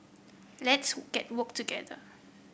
let's get work what together